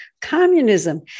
communism